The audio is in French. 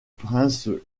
prince